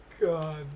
God